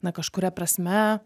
na kažkuria prasme